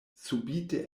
subite